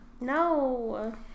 No